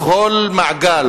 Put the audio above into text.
בכל מעגל